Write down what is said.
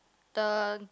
the